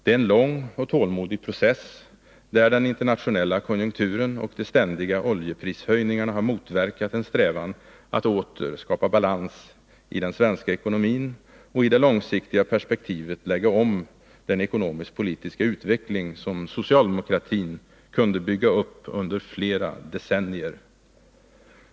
Det är en lång och tålmodig process, där den internationella konjunkturen och de ständiga oljeprishöjningarna har motverkat en strävan att åter skapa balans i den svenska ekonomin och att i det långsiktiga perspektivet lägga om den ekonomiskpolitiska utveckling som socialdemokratin kunde bygga upp under flera decennier.